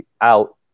out